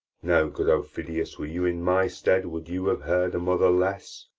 now, good aufidius, were you in my stead, would you have heard a mother less?